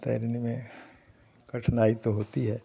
तैरने में कठिनाई तो होती है